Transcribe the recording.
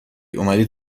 اومدی